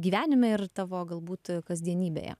gyvenime ir tavo galbūt kasdienybėje